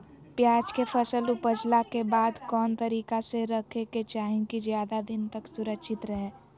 प्याज के फसल ऊपजला के बाद कौन तरीका से रखे के चाही की ज्यादा दिन तक सुरक्षित रहय?